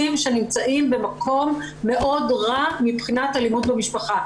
שנמצאים במקום מאוד רע מבחינת אלימות במשפחה.